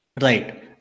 Right